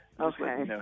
Okay